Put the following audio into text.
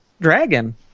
Dragon